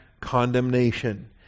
condemnation